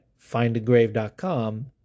findagrave.com